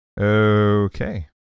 Okay